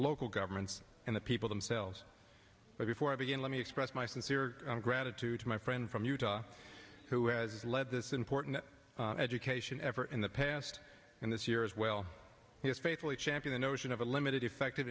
local governments and the people themselves but before i begin let me express my sincere gratitude to my friend from utah who has led this important education ever in the past and this year as well he has faithfully champeen the notion of a limited effect